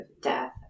death